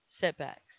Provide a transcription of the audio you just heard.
setbacks